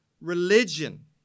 religion